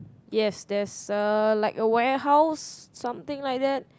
yes there's a like a warehouse something like that